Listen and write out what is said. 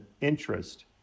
interest